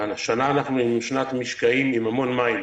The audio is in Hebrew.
השנה אנחנו בשנת משקעים עם המון מים.